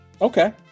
Okay